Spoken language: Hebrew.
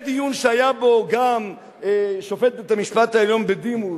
בדיון שהיה בו גם שופט בית-המשפט העליון בדימוס,